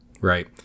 right